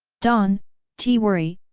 don t worry,